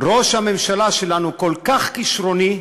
ראש הממשלה שלנו כל כך כישרוני,